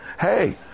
hey